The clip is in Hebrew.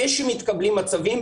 מרגע שמתקבלים הצווים,